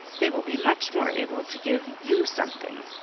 they will be much more able to give you something.